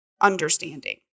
understanding